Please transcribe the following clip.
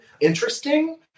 interesting